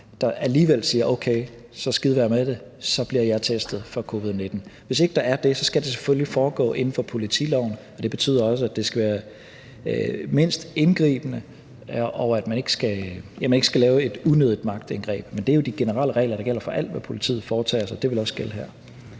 alligevel siger: Okay, så skide være med det, så bliver jeg testet for covid-19. Hvis ikke der er det, skal det selvfølgelig foregå inden for politiloven. Det betyder også, at det skal være mindst indgribende, og at man ikke skal lave et unødigt magtindgreb, men det er jo de generelle regler, der gælder for alt, hvad politiet foretager sig. Det vil også gælde her.